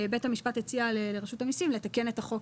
בית המשפט הציע לרשות המסים לתקן את החוק,